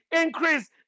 increase